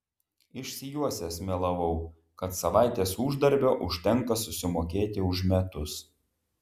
išsijuosęs melavau kad savaitės uždarbio užtenka susimokėti už metus